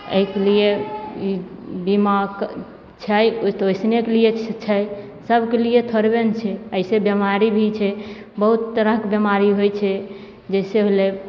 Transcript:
एहिके लिए ई बीमा छै ई तऽ ओइसनेके लिए छै सबके लिए थोड़बे ने छै ऐसे बेमारी भी छै बहुत तरह कऽ बेमारी होय छै जैसे होलै